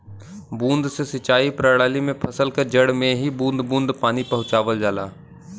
बूंद से सिंचाई प्रणाली में फसल क जड़ में ही बूंद बूंद पानी पहुंचावल जाला